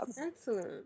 Excellent